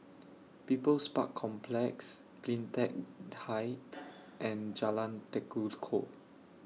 People's Park Complex CleanTech Height and Jalan Tekukor